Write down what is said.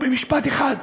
במשפט אחד,